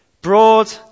broad